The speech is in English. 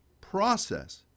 process